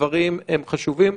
הדברים חשובים,